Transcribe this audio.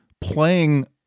playing